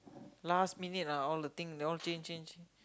last minute ah all the thing they all change change